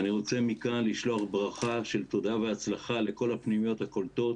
אני רוצה מכאן לשלוח ברכה של תודה והצלחה לכל הפנימיות הקולטות